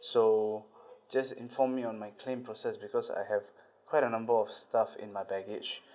so just inform me on my claim process because I have quite a number of stuff in my baggage